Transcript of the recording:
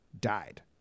died